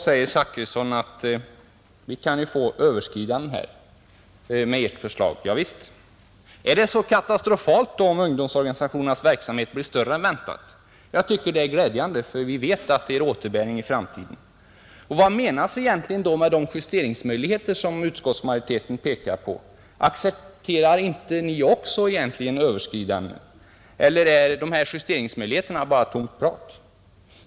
Herr Zachrisson säger att vårt förslag kan medföra överskridanden. Javisst, men är det så katastrofalt om ungdomsorganisationernas verksamhet blir större än väntat? Jag tycker det är glädjande, för vi vet att det ger återbäring i framtiden. Vad menas egentligen med de justeringsmöjligheter som utskottsmajoriteten pekar på? Accepterar inte också ni egentligen överskridanden eller är justeringsmöjligheterna bara tomt prat?